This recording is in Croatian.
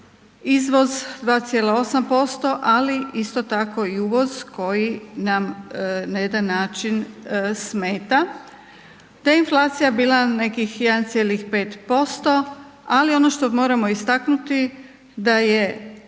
izvoz 2,8%, ali isto tako i uvoz koji nam na jedan način smeta, te je inflacija bila nekih 1,5%. Ali ono što moramo istaknuti da je